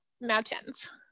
mountains